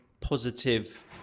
positive